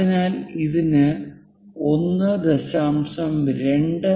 അതിനാൽ ഇതിന് 1